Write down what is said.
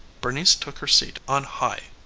bernice took her seat on high.